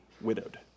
widowed